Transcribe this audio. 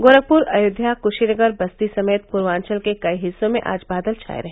गोरखपुर अयोध्या कुशीनगर बस्ती समेत पूर्वांचल के कई हिस्सों में आज बादल छाए रहे